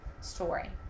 story